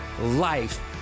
life